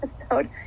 episode